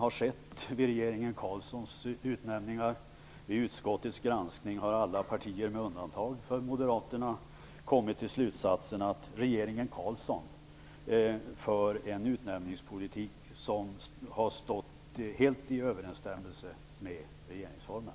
När det gäller regeringen Carlssons utnämningar har alla partier i utskottet med undantag av Moderaterna vid granskningen kommit fram till slutsatsen att regeringen Carlsson har fört en utnämningspolitik som har stått helt i överensstämmelse med regeringsformen.